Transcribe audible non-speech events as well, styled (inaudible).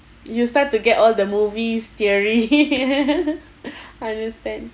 you start to get all the movies theory (laughs) I understand